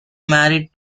married